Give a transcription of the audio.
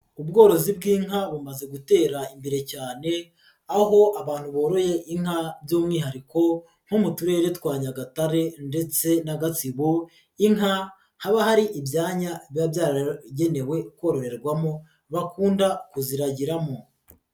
Ubworozi bw'inka bumaze gutera imbere cyane, aho abantu boroye inka by'umwihariko nko mu turere twa Nyagatare ndetse na Gatsibo inka, haba hari ibyanya biba byaragenewe kororerwamo bakunda kuziragiramo.